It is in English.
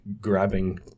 grabbing